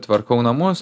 tvarkau namus